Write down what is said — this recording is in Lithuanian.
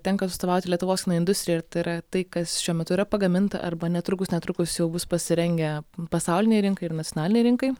tenka atstovauti lietuvos kino industrijai ir yra tai kas šiuo metu yra pagaminta arba netrukus netrukus jau bus pasirengę pasaulinei rinkai ir nacionalinei rinkai